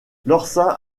lorca